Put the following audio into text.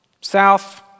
south